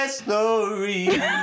story